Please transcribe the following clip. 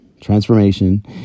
transformation